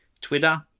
Twitter